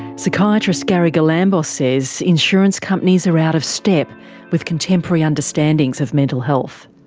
psychiatrist gary galambos says insurance companies are out of step with contemporary understandings of mental health.